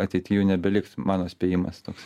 ateity jų nebeliks mano spėjimas toks